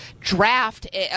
draft